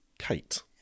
Kate